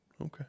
Okay